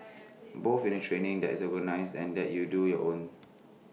both in the training that is organised and that you do on your own